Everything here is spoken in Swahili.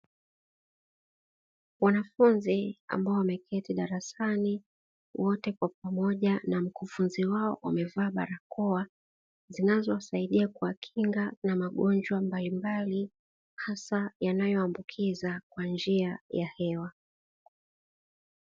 Wanafunzi ambao wameketi darasani wote kwa pamoja na mkufunzi wao wamevaa barakoa, zinazowasaidia kwa kinga na magonjwa mbalimbali hasa yanayoambukiza kwa njia ya hewa.